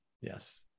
Yes